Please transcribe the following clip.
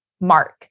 mark